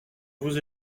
vous